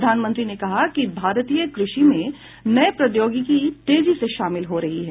प्रधानमंत्री ने कहा कि भारतीय कृषि में नई प्रौद्योगिकी तेजी से शामिल हो रही है